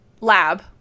lab